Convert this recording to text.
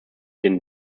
den